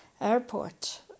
airport